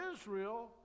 Israel